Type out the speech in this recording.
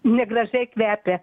negražiai kvepia